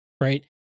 right